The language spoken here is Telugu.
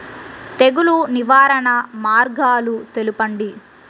తెగులు నివారణ మార్గాలు తెలపండి?